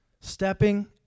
Stepping